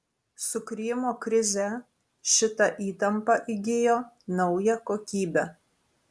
su krymo krize šita įtampa įgijo naują kokybę